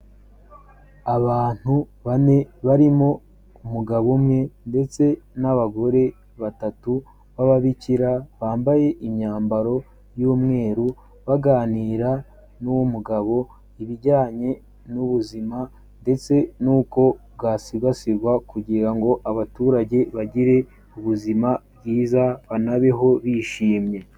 Abantu bane barimo umugabo umwe ndetse n'abagore batatu b'ababikira bambaye imyambaro y'umweru, baganira n'uw'umugabo ibijyanye n'ubuzima ndetse n'uko bwasigasirwa kugira ngo abaturage bagire ubuzima bwiza banabeho bishimye.